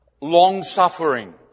long-suffering